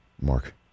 Mark